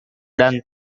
dan